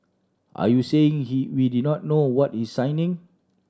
are you saying he we did not know what he's signing